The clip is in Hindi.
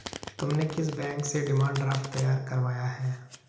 तुमने किस बैंक से डिमांड ड्राफ्ट तैयार करवाया है?